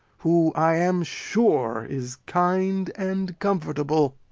who i am sure is kind and comfortable.